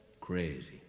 Crazy